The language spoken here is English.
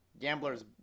Gamblers